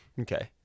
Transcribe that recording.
Okay